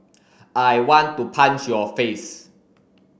I want to punch your face